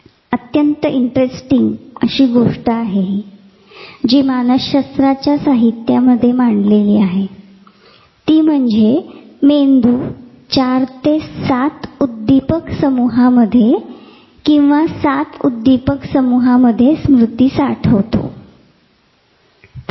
अत्यंत इंटरेस्टिंग गोष्ट अशी आहे जी मानसशास्त्राच्या साहित्यामध्ये मांडलेली आहे ती म्हणजे मेंदू 4 ते 7 उद्दीपकसमूहामध्ये किंवा 7 उद्दीपक समूहामध्ये स्मृती साठवतो